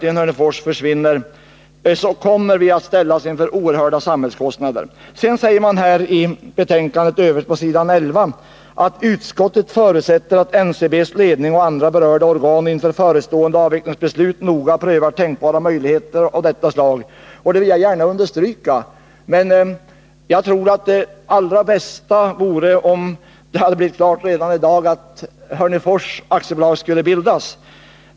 Om Hörnefors skulle läggas ner, så kommer vi att ställas inför oerhört stora samhällskostnader. I betänkandet på s. 11 säger utskottet vidare: ”Utskottet förutsätter att Ncb:s ledning och andra berörda organ inför förestående avvecklingsbeslut noga prövar tänkbara möjligheter av detta slag.” Det vill jag gärna understryka. Men jag tror att det allra bästa vore om det redan i dag slogs fast att Hörnefors AB skulle bildas.